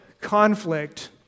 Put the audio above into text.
conflict